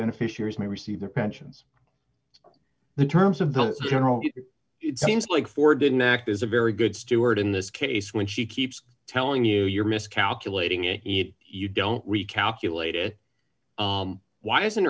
beneficiaries may receive their pensions the terms of the general it seems like for didn't act is a very good steward in this case when she keeps telling you you're miscalculating if you don't recalculate it why isn't